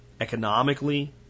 Economically